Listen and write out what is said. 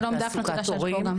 שלום דפנה תודה שאת פה גם.